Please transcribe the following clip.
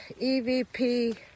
EVP